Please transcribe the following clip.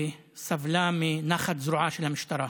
שסבלה מנחת זרועה של המשטרה.